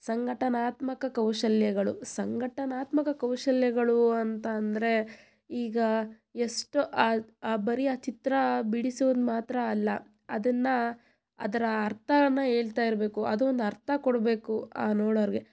ಸಂಘಟನಾತ್ಮಕ ಕೌಶಲ್ಯಗಳು ಸಂಘಟನಾತ್ಮಕ ಕೌಶಲ್ಯಗಳು ಅಂತ ಅಂದರೆ ಈಗ ಎಷ್ಟೋ ಬರಿ ಆ ಚಿತ್ರ ಬಿಡಿಸೋದು ಮಾತ್ರವಲ್ಲ ಅದನ್ನು ಅದರ ಅರ್ಥನ ಹೇಳ್ತಾ ಇರಬೇಕು ಅದೊಂದು ಅರ್ಥ ಕೊಡಬೇಕು ಆ ನೋಡೋರಿಗೆ